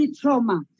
trauma